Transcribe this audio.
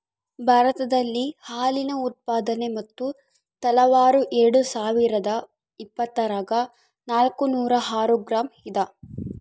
ಭಾರತದಲ್ಲಿ ಹಾಲಿನ ಉತ್ಪಾದನೆ ಮತ್ತು ತಲಾವಾರು ಎರೆಡುಸಾವಿರಾದ ಇಪ್ಪತ್ತರಾಗ ನಾಲ್ಕುನೂರ ಆರು ಗ್ರಾಂ ಇದ